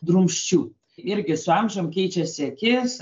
drumsčių irgi su amžium keičiasi akis